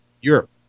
Europe